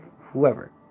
whoever